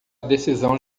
decisão